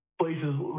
places